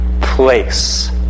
place